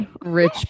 rich